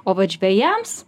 o vat žvejams